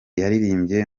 yaririmbye